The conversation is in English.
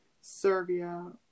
Serbia